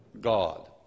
God